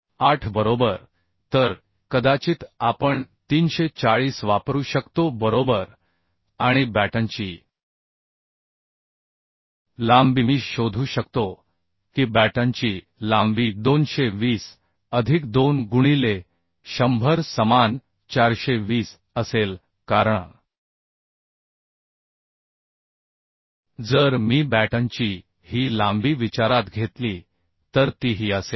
8 बरोबर तर कदाचित आपण 340 वापरू शकतो बरोबर आणि बॅटनची लांबी मी शोधू शकतो की बॅटनची लांबी 220 अधिक 2 गुणिले 100 समान 420 असेल कारण जर मी बॅटनची ही लांबी विचारात घेतली तर ती ही असेल